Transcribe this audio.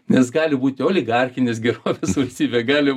nes gali būti oligarchinės gerovės valstybė gali